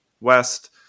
West